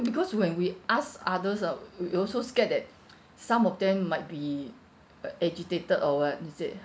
because when we ask others ah we also scare that some of them might be uh agitated or what is it ah